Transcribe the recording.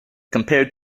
compared